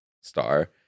star